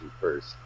first